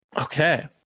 Okay